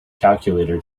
calculator